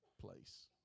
place